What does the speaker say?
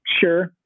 sure